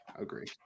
agree